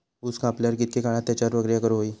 ऊस कापल्यार कितके काळात त्याच्यार प्रक्रिया करू होई?